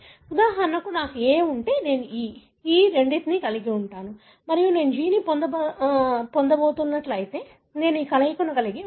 ఉదాహరణకు నాకు A ఉంటే నేను ఈ ఈ రెండింటిని కలిగి ఉంటాను మరియు నేను G ని పొందబోతున్నట్లయితే నేను ఈ కలయికను కలిగి ఉంటాను